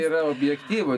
yra objektyvu